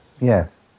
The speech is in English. Yes